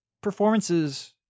performances